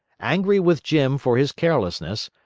angry with jim for his carelessness,